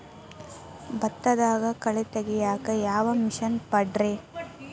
ಭತ್ತದಾಗ ಕಳೆ ತೆಗಿಯಾಕ ಯಾವ ಮಿಷನ್ ಪಾಡ್ರೇ?